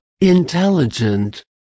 intelligent